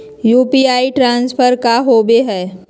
UPI transfer का होव हई?